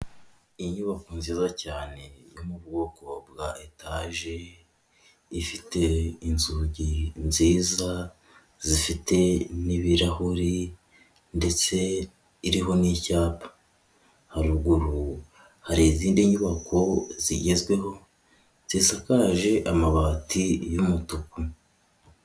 Inyubako nziza cyane yo mu bwoko bwa etaje, ifite inzugi nziza zifite n'ibirahuri ndetse iriho n'icyapa, haruguru hari izindi nyubako zigezweho zisakaje amabati y'umutuku.